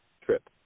trip